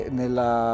nella